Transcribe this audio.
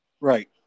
Right